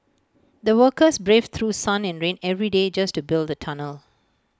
the workers braved through sun and rain every day just to build the tunnel